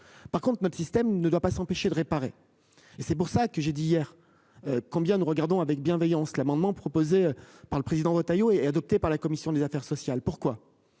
Par contre notre système ne doit pas s'empêcher de réparer. Et c'est pour ça que j'ai dit hier. Combien. Regardons avec bienveillance l'amendement proposé par le président Retailleau adopté par la commission des affaires sociales. Pourquoi.